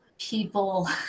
people